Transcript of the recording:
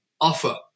offer